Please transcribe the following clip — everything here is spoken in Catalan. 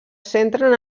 centren